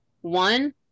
One